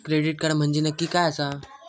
Credit card म्हंजे नक्की काय आसा?